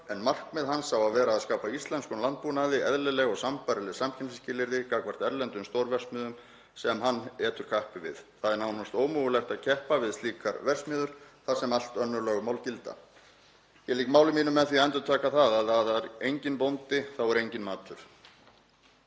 en markmið hans á að vera að skapa íslenskum landbúnaði eðlileg og sambærileg samkeppnisskilyrði gagnvart erlendum stórverksmiðjum sem hann etur kappi við. Það er nánast ómögulegt að keppa við slíkar verksmiðjur þar sem allt önnur lögmál gilda. Ég lýk máli mínu með því að endurtaka að ef það er enginn bóndi þá er enginn matur.